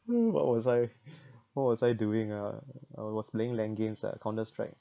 what was I what was I doing ah I was playing LAN games ah Counter Strike